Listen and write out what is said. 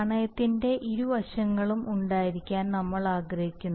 നാണയത്തിന്റെ ഇരുവശങ്ങളും ഉണ്ടായിരിക്കാൻ നമ്മൾ ആഗ്രഹിക്കുന്നു